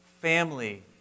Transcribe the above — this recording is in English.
family